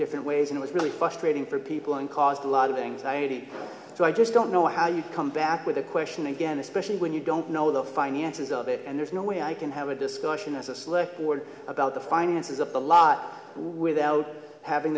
different ways it was really frustrating for people and caused a lot of anxiety so i just don't know how you come back with a question again especially when you don't know the finances of it and there's no way i can have a discussion as a select board about the finances of the lot without having